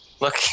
Look